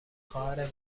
خواهر